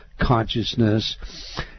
consciousness